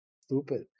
Stupid